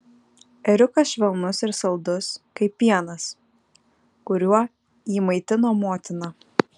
ėriukas švelnus ir saldus kaip pienas kuriuo jį maitino motina